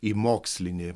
į mokslinį